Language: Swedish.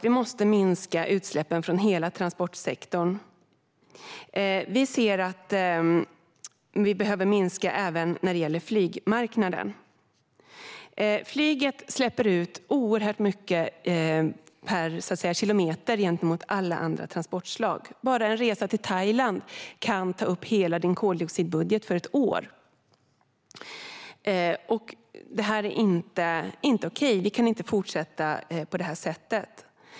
Vi måste minska utsläppen från hela transportsektorn, och vi behöver minska utsläppen även när det gäller flygmarknaden. Flyget släpper ut oerhört mycket per kilometer jämfört med alla andra transportslag. Bara en resa till Thailand kan ta upp hela en persons koldioxidbudget för ett år. Det är inte okej - vi kan inte fortsätta på det här sättet.